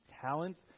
talents